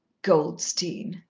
goldstein!